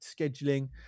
scheduling